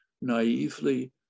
naively